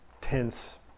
tense